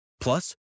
Plus